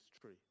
tree